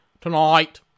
Tonight